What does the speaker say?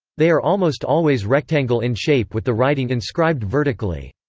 they are almost always rectangle in shape with the writing inscribed vertically.